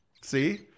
See